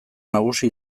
nagusi